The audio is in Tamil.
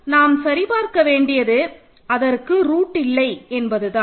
நாம் சரி பார்க்க வேண்டியது அதற்கு ரூட் இல்லை என்பதுதான்